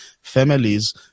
families